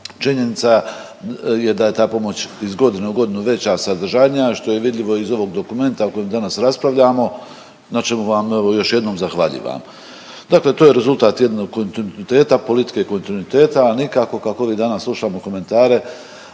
činjenica je da je ta pomoć iz godine u godinu veća, sadržajnija što je vidljivo iz ovog dokumenta o kojem danas raspravljamo na čemu vam evo još jednom zahvaljivam. Dakle, to je rezultat jednog kontinuiteta, politike kontinuiteta, a nikako kako mi danas slušamo komentare